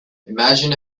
imagine